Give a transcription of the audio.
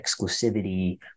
exclusivity